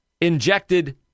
injected